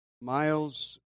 Miles